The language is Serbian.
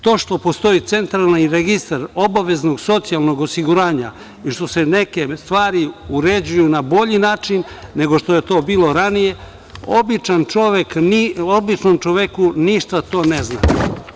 To što postoji Centralni registar obaveznog socijalnog osiguranja i što se neke stvari uređuju na bolji način nego što je to bilo ranije običnom čoveku ništa ne znači.